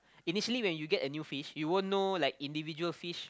initially when you get a new fish you won't know like individual fish